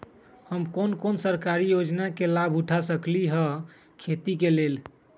हम कोन कोन सरकारी योजना के लाभ उठा सकली ह खेती के लेल?